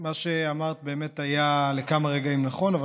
מה שאמרת באמת היה לכמה רגעים נכון אבל